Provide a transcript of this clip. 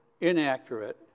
inaccurate